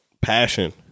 passion